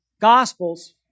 Gospels